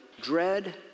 dread